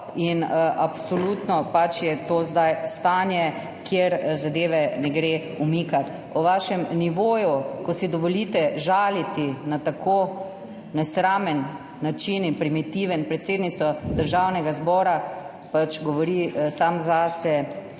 Absolutno je to zdaj stanje, kjer zadeve ne gre umikati. Vaš nivo, ko si dovolite žaliti na tako nesramen in primitiven način predsednico Državnega zbora, govori sam zase.